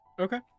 Okay